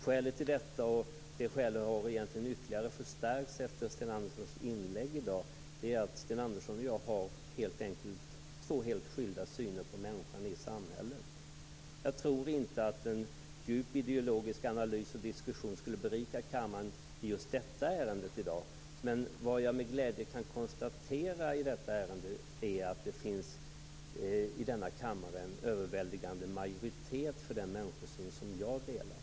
Skälet till detta - och det har egentligen förstärkts efter Sten Anderssons inlägg i dag - är helt enkelt att Sten Andersson och jag har två helt skilda syner på människan i samhället. Jag tror inte att en djup ideologisk analys och diskussion skulle berika kammaren i just detta ärende i dag. Men vad jag med glädje kan konstatera i detta ärende är att det i denna kammare finns en överväldigande majoritet för den människosyn som också jag delar.